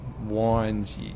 wines